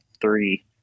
three